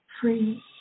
free